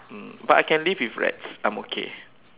mm but I can live with rats I'm okay